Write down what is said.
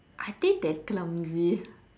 I think they're clumsy